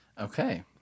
Okay